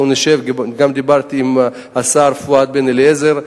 דיברתי גם עם השר פואד בן-אליעזר,